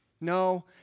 No